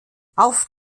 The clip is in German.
auf